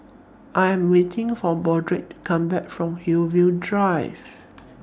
I Am waiting For Broderick to Come Back from Hillview Drive